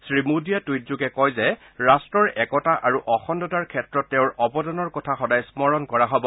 শ্ৰীমোদীয়ে টুইটযোগে কয় যে ৰাট্টৰ একতা আৰু অখণ্ডতাৰ ক্ষেত্ৰত তেওঁৰ অৱদানৰ কথা সদায় স্মৰণ কৰা হ'ব